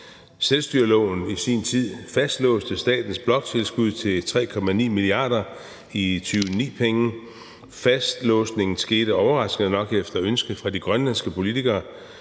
Selvstyreloven fastlåste i sin tid statens bloktilskud til 3,9 mia. kr. i 2009-penge. Fastlåsningen skete overraskende nok efter ønske fra de grønlandske politikere.